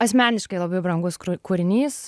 asmeniškai labai brangus kūrinys